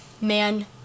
man